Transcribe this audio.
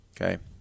Okay